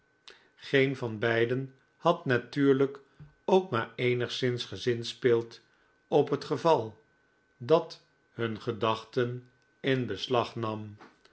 geen van beiden had natuurlijk ook maar eenigszins gezinspeeld op het geval dat hun gedachten in beslag nam